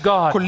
God